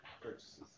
purchases